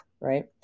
right